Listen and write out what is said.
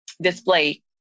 display